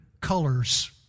colors